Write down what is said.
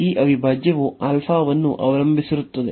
ಈ ಅವಿಭಾಜ್ಯವು α ವನ್ನು ಅವಲಂಬಿಸಿರುತ್ತದೆ